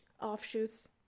offshoots